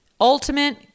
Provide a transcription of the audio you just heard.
ultimate